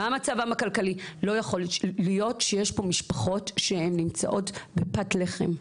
לא יכול להיות שיש פה משפחות שנמצאות בפת לחם.